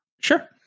sure